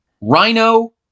Rhino